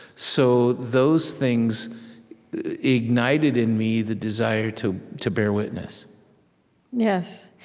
so those things ignited in me the desire to to bear witness yes.